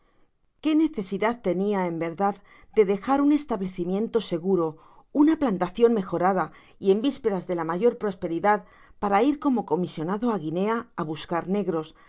qué necesidad tenia en verdad de dejar un establecimiento seguro una plantacion mejorada y en visperas de la mayor prosperidad para ir como comisionado águinea á buscar negros